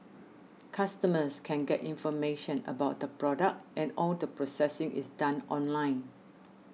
customers can get information about the product and all the processing is done online